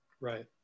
Right